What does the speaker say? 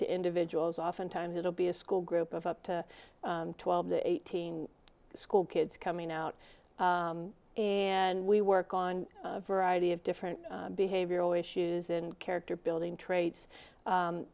to individuals oftentimes it'll be a school group of up to twelve to eighteen school kids coming out and we work on a variety of different behavioral issues in character building trades